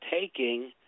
taking